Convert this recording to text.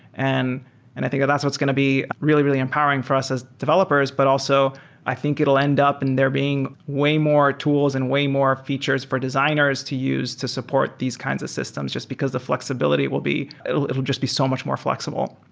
and and i think that's what's going to be really, really empowering for us as developers, but also i think it'll end up in there being way more tools and way more features for designers to use to support these kinds of systems, just because the flexibility will be it'll it'll just be so much more flexible